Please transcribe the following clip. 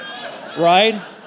Right